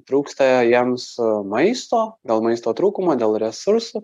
trūksta jiems maisto dėl maisto trūkumo dėl resursų